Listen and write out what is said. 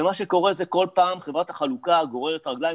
ומה שקורה זה כל פעם חברת החלוקה גוררת רגליים,